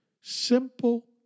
simple